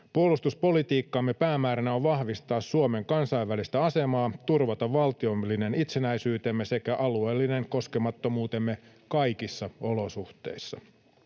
Puolustuspolitiikkamme päämääränä on vahvistaa Suomen kansainvälistä asemaa sekä turvata valtiollinen itsenäisyytemme ja alueellinen koskemattomuutemme kaikissa olosuhteissa.